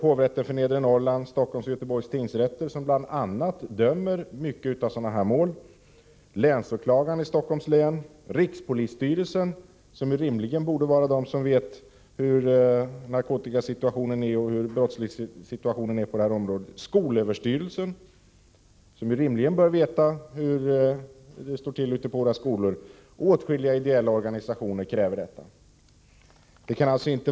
Hovrätten för Nedre Norrland, Stockholms tingsrätt och Göteborgs tingsrätt, vilka bl.a. dömer i många sådana här mål, länsåklagaren i Stockholms län, rikspolisstyrelsen, som rimligen bör känna till narkotikasituationen och därmed sammanhängande brottslighet, skolöverstyrelsen, som rimligen bör veta hur det står till i skolorna, och åtskilliga ideella organisationer kräver en kriminalisering.